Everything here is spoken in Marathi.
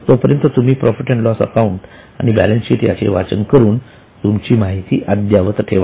तोपर्यंत तुम्ही प्रॉफिट अँड लॉस अकाउंट आणि बॅलन्सशीट याचे वाचन करून तुमची माहिती अद्यावत ठेवा